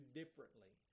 differently